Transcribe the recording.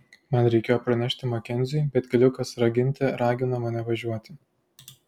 man reikėjo pranešti makenziui bet keliukas raginte ragino mane važiuoti